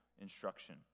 instruction